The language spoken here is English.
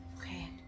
Okay